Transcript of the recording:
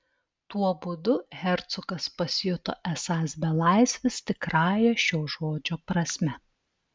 tuo būdu hercogas pasijuto esąs belaisvis tikrąja šio žodžio prasme